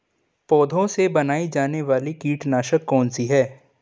पौधों से बनाई जाने वाली कीटनाशक कौन सी है?